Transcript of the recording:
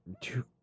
two